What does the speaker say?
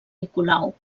nicolau